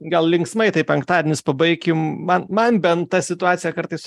gal linksmai taip penktadienis pabaikim man man bent ta situacija kartais